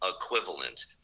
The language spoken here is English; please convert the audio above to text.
equivalent